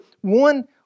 one